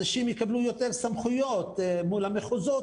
אנשים יקבלו יותר סמכויות אולי מול המחוזות.